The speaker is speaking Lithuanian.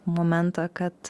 momentą kad